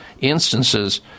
instances